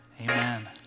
Amen